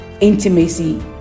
intimacy